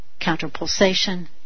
counterpulsation